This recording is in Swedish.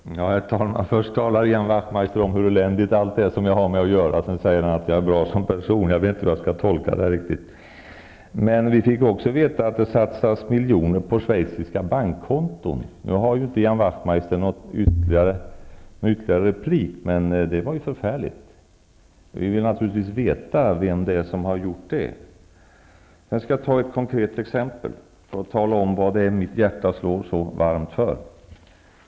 Herr talman! Först talar Ian Wachtmeister om hur eländigt allt är som jag har med att göra. Sedan säger han att jag är bra som person. Jag vet inte riktigt hur jag skall tolka det. Vi fick också veta att det satsats miljoner på schweiziska bankkkonton. Nu har inte Ian Wachtmeister någon ytterligare replik, men jag vill ändå säga att det är förfärligt. Vi vill naturligtvis veta vem som har gjort det. Jag vill ta upp ett konkret exempel, för att tala om vad mitt hjärta slår så varmt för.